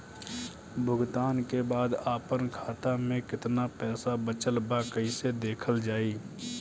भुगतान के बाद आपन खाता में केतना पैसा बचल ब कइसे देखल जाइ?